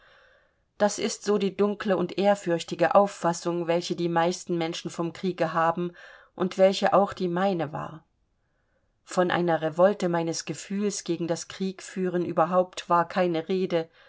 das ist so die dunkle und ehrfürchtige auffassung welche die meisten menschen vom kriege haben und welche auch die meine war von einer revolte meines gefühls gegen das kriegführen überhaupt war keine rede